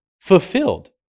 fulfilled